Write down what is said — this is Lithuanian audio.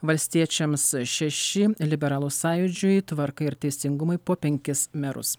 valstiečiams šeši liberalų sąjūdžiui tvarkai ir teisingumui po penkis merus